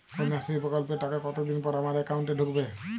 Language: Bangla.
কন্যাশ্রী প্রকল্পের টাকা কতদিন পর আমার অ্যাকাউন্ট এ ঢুকবে?